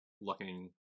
looking